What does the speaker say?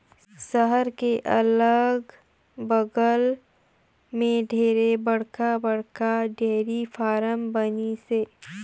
सहर के अगल बगल में ढेरे बड़खा बड़खा डेयरी फारम बनिसे